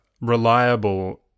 reliable